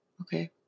okay